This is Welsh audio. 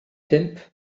pump